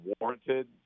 warranted